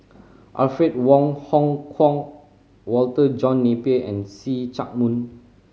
Alfred Wong Hong Kwok Walter John Napier and See Chak Mun